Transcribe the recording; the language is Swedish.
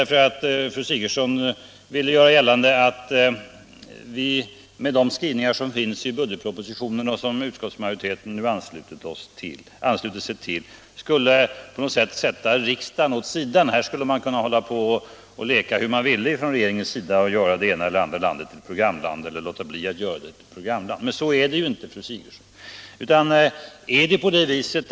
Fru Sigurdsen ville göra gällande att de skrivningar som finns i budgetpropositionen och som utskottsmajoriteten nu anslutit sig till på något sätt skulle sätta riksdagen åt sidan; regeringen skulle, befarar hon, kunna hålla på och leka hur den ville och göra det ena eller andra landet till programland eller låta bli att göra det. Men så är det ju inte, fru Sigurdsen.